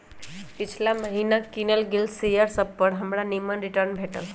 पिछिला महिन्ना किनल गेल शेयर सभपर हमरा निम्मन रिटर्न भेटल